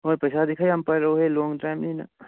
ꯍꯣꯏ ꯄꯩꯁꯥꯗꯤ ꯈꯔ ꯌꯥꯝ ꯄꯥꯏꯔꯛꯎꯍꯦ ꯂꯣꯡ ꯗ꯭ꯔꯥꯏꯕꯅꯤꯅ